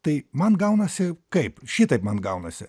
tai man gaunasi kaip šitaip man gaunasi